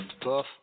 puff